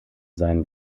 seinen